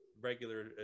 regular